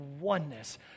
oneness